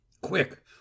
Quick